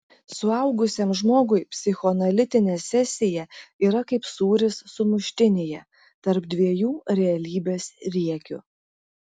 suaugusiam žmogui psichoanalitinė sesija yra kaip sūris sumuštinyje tarp dviejų realybės riekių